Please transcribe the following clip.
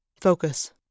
Focus